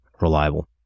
reliable